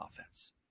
offense